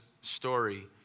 story